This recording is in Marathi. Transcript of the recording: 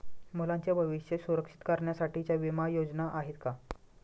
मुलांचे भविष्य सुरक्षित करण्यासाठीच्या विमा योजना आहेत का?